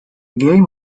game